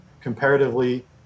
comparatively